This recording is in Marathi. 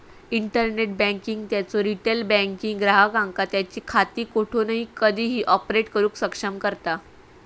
इंटरनेट बँकिंग त्यांचो रिटेल बँकिंग ग्राहकांका त्यांची खाती कोठूनही कधीही ऑपरेट करुक सक्षम करता